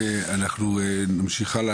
אנחנו נמשיך הלאה,